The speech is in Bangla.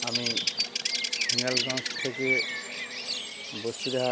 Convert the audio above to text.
আমি হিঙলগঞ্জ থেকে বসিরহাট